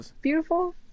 beautiful